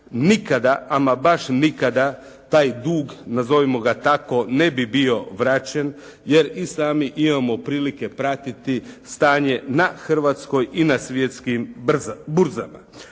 Nikada, ama baš nikada taj dug nazovimo ga tako ne bi bio vraćen, jer i sami imamo prilike pratiti stanje na hrvatskoj i na svjetskim burzama.